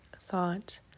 thought